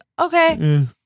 okay